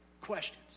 questions